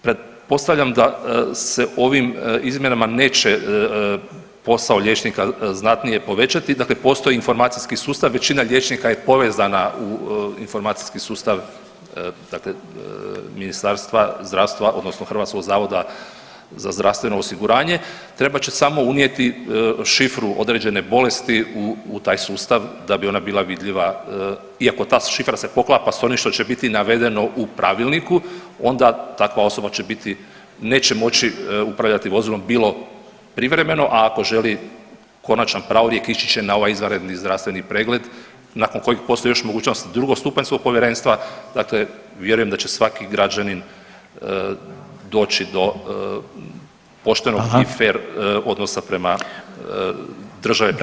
Pretpostavljam da se ovim izmjenama neće posao liječnika znatnije povećati, dakle postoji informacijski sustav, većina liječnika je povezana u informacijski sustav, dakle Ministarstva zdravstva, odnosno HZZO-a, trebat će samo unijeti šifru određene bolesti u taj sustav da bi ona bila vidljiva i ako ta šifra se poklapa s onim što će biti navedeno u pravilniku, onda takva osoba će biti, neće moći upravljati vozilom, bilo privremeno, a ako želi konačan pravorijek, ići će na ovaj izvanredni zdravstveni pregled nakon kojih postoji još mogućnost drugostupanjskog povjerenstva, dakle vjerujem da će svaki građanin doći do poštenog [[Upadica: Hvala.]] i fer odnosa prema državi i prema